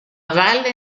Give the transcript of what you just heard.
valle